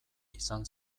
izan